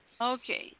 Okay